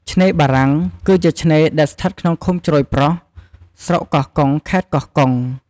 ឆ្នេរបារាំង គឺជាឆ្នេរដែលស្ថិតក្នុងឃុំជ្រោយប្រស់ ស្រុកកោះកុង ខេត្តកោះកុង។